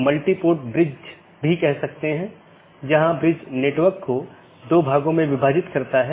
इसलिए जब ऐसी स्थिति का पता चलता है तो अधिसूचना संदेश पड़ोसी को भेज दिया जाता है